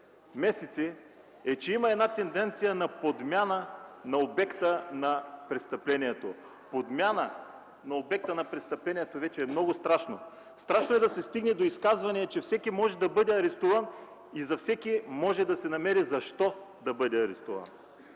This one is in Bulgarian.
месеци наблюдаваме, че има тенденция на подмяна на обекта на престъплението. Подмяната на обекта на престъплението вече е нещо много страшно. Страшно е да се стигне до изказване, че всеки може да бъде арестуван и за всеки може да се намери защо да бъде арестуван.